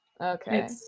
okay